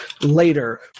later